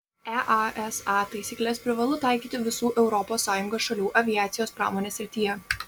easa taisykles privalu taikyti visų europos sąjungos šalių aviacijos pramonės srityje